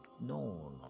no